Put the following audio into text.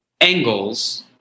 Angles